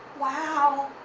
wow,